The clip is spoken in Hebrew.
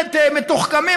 המאוד-מאוד מתוחכמים,